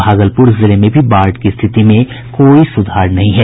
भागलपुर जिले में भी बाढ़ की स्थिति में कोई सुधार नहीं है